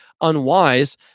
unwise